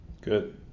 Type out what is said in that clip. good